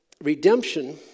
redemption